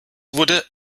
wurde